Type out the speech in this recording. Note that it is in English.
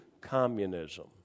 communism